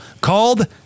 called